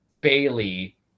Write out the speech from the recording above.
Bailey